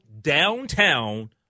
downtown